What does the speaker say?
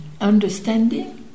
Understanding